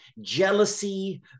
jealousy